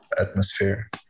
atmosphere